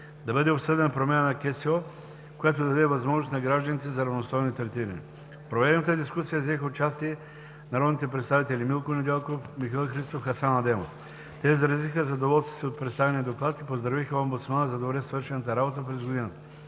да бъде обсъдена промяна в КСО, която да даде възможност на гражданите за равностойно третиране. В проведената дискусия взеха участие народните представители Милко Недялков, Михаил Христов и Хасан Адемов. Те изразиха задоволството си от представения доклад и поздравиха омбудсмана за добре свършената работа през годината.